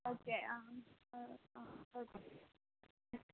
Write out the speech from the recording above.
okay ആ ആ okay മ്